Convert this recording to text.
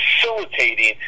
facilitating